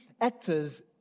actors